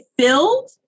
filled